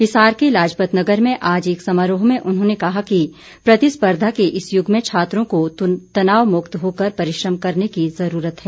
हिसार के लाजपत नगर में आज एक समारोह में उन्होंने कहा कि प्रतिस्पर्धा के इस युग में छात्रों को तनावमुक्त होकर परिश्रम करने की ज़रूरत है